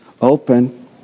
open